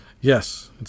Yes